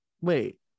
Wait